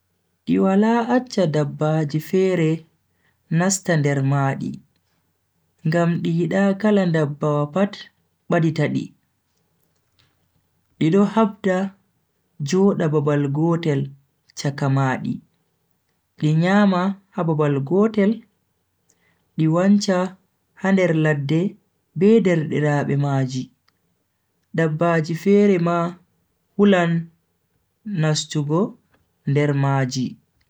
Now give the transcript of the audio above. Di wala accha dabbaji fere nasta nder maadi ngam di yida kala ndabbawa pat badita di. di do habda joda babal gotel chaka maadi di nyama ha babal gotel di wancha ha nder ladde be derdiraabe maji. dabbaji fere ma hulan nastugo nder maji.